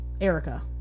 erica